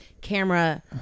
camera